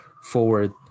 forward